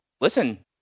listen